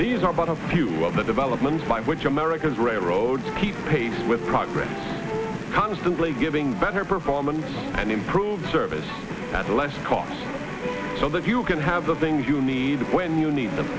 these are but a few of the developments by which america's railroads keep pace with progress constantly giving better performance and improved service at less cost so that you can have the things you need when you need